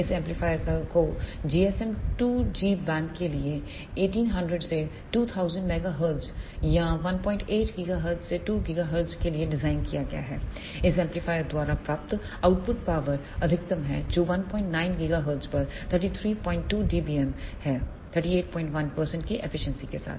इस एम्पलीफायर को GSM 2 G band के लिए 1800 से 2000 MHZ या 18 GHZ से 2 GHZ के लिए डिज़ाइन किया गया है इस एम्पलीफायर द्वारा प्राप्त आउटपुट पावर अधिकतम है जो 19 गीगाहर्ट्ज पर 332 dbm है 381 की एफिशिएंसी के साथ